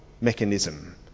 mechanism